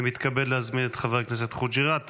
אני מתכבד להזמין את חבר הכנסת חוג'יראת